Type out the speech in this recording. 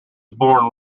born